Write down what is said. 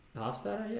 hofstadter? yeah